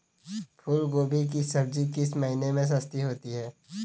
फूल गोभी की सब्जी किस महीने में सस्ती होती है?